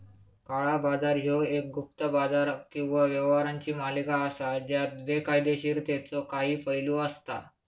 काळा बाजार ह्यो एक गुप्त बाजार किंवा व्यवहारांची मालिका असा ज्यात बेकायदोशीरतेचो काही पैलू असता